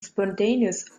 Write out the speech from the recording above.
spontaneous